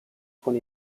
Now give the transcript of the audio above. con